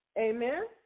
Amen